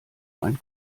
ein